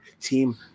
team